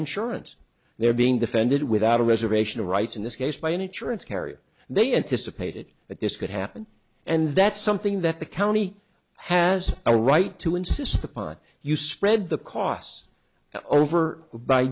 insurance they're being defended without a reservation of rights in this case by nature and scary and they anticipated that this could happen and that's something that the county has a right to insist upon you spread the costs over by